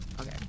Okay